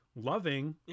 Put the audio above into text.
loving